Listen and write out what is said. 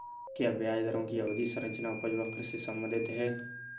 क्या ब्याज दरों की अवधि संरचना उपज वक्र से संबंधित है?